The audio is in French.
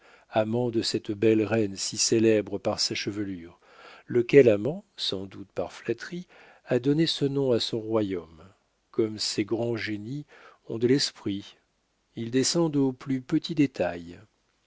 amant de cette belle reine si célèbre par sa chevelure lequel amant sans doute par flatterie a donné ce nom à son royaume comme ces grands génies ont de l'esprit ils descendent aux plus petits détails